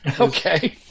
Okay